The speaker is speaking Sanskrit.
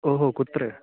ओ हो कुत्र